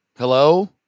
Hello